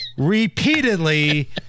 repeatedly